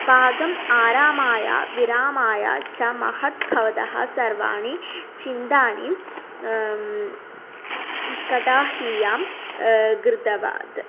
पाकम् आरामाय विरामाय च महत् भवतः सर्वाणि चिन्तनानि कटाहीयां गृहात्